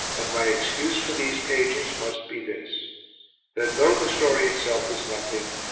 and my excuse for these pages must be this that though the story itself is nothing,